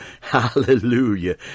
Hallelujah